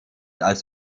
als